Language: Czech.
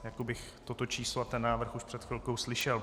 Jako bych toto číslo a ten návrh už před chvilkou slyšel...